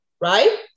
right